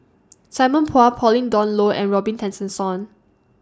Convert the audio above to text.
Simon Chua Pauline Dawn Loh and Robin Tessensohn